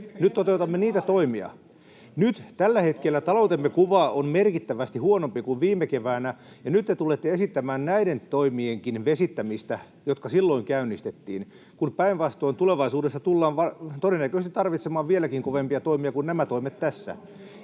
Nyt toteutamme niitä toimia. Nyt tällä hetkellä taloutemme kuva on merkittävästi huonompi kuin viime keväänä, ja nyt te tulette esittämään näidenkin toimien vesittämistä, jotka käynnistettiin silloin, kun päinvastoin tulevaisuudessa tullaan todennäköisesti tarvitsemaan vieläkin kovempia toimia kuin nämä toimet tässä.